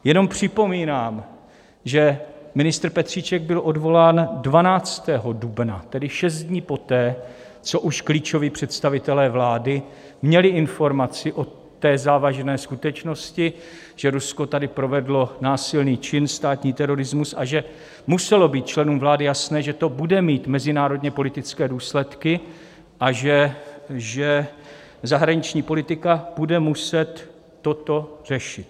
Jenom připomínám, že ministr Petříček byl odvolán 12. dubna, tedy šest dní poté, co už klíčoví představitelé vlády měli informaci o té závažné skutečnosti, že Rusko tady provedlo násilný čin státní terorismus a že muselo být členům vlády jasné, že to bude mít mezinárodněpolitické důsledky a že zahraniční politika toto bude muset řešit.